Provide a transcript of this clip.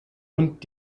und